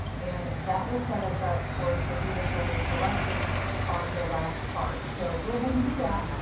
and that will set us up for shaping the shoulder correctly on the last part. so go ahead and do that.